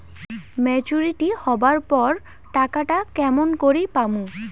Maturity হবার পর টাকাটা কেমন করি পামু?